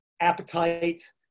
appetite